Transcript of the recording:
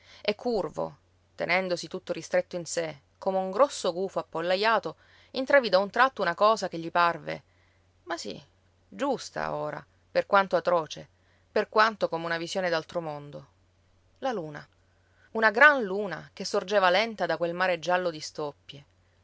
e curvo tenendosi tutto ristretto in sé come un grosso gufo appollajato intravide a un tratto una cosa che gli parve ma sì giusta ora per quanto atroce per quanto come una visione d'altro mondo la luna una gran luna che sorgeva lenta da quel mare giallo di stoppie